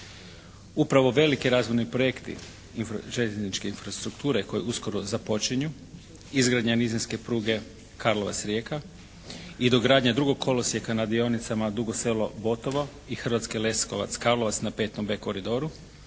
Upravo veliki razvojni projekti željezničke infrastrukture koji uskoro započinju, izgradnja nizinske pruge Karlovac-Rijeka i dogradnja drugog kolosijeka na dionicama Dugo Selo-Botovo i Hrvatski Leskovac-Karlovac na 5B koridoru